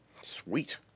Sweet